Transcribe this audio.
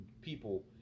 people